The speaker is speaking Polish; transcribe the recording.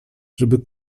żeby